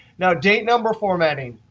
now, date number formatting.